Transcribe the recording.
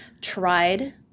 tried